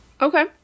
Okay